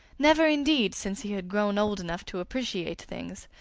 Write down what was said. never, indeed, since he had grown old enough to appreciate things,